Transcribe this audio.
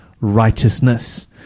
righteousness